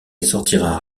sortira